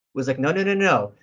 was like, no, no, and no,